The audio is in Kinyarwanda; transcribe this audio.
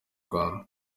rwanda